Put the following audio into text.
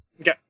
Okay